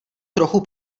trochu